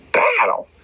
battle